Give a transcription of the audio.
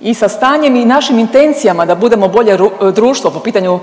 i sa stanjem i našim intencijama da budemo bolje društvo po pitanju